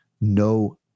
no